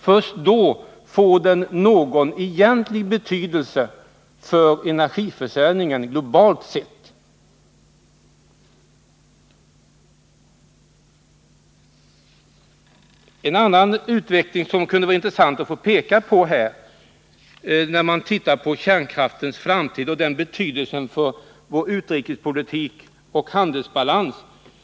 Först då får den någon egentlig betydelse för energiförsörjningen globalt sett. När man tittar på kärnkraftens framtid och den betydelse den har för vår utrikespolitik och handelsbalans skulle det vara intressant att peka på en annan utveckling.